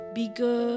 bigger